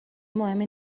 مهمی